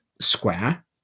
square